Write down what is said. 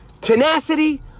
tenacity